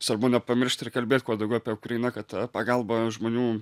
svarbu nepamiršt ir kalbėt kuo daugiau apie ukrainą kad ta pagalba žmonių